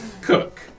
cook